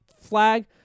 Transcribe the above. flag